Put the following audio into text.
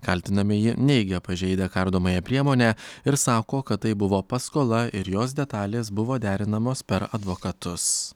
kaltinamieji neigia pažeidę kardomąją priemonę ir sako kad tai buvo paskola ir jos detalės buvo derinamos per advokatus